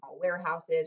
warehouses